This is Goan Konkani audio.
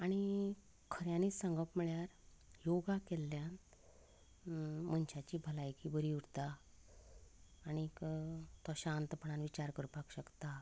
आनी खऱ्यांनीच सांगप म्हणल्यार योगा केल्ल्यान मनशाची भलायकी बरी उरता आनी तो शांतपणान विचार करपाक शकता